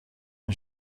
اون